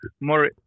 more